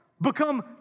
Become